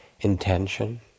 Intention